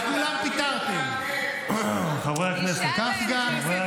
הפיצויים של, מנהלת